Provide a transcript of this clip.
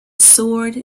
sword